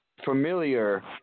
familiar